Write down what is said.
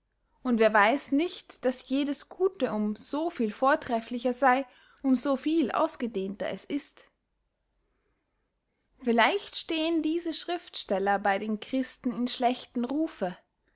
und wer weiß nicht daß jedes gute um soviel vortreflicher sey um so viel ausgedehnter es ist vielleicht stehen diese schriftsteller bey den christen in schlechten rufe